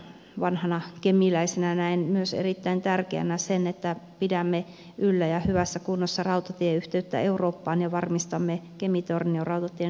vanhana kemiläisenä näen erittäin tärkeänä myös sen että pidämme yllä ja hyvässä kunnossa rautatieyhteyttä eurooppaan ja varmistamme kemitornio rautatien sähköistämisen